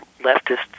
leftists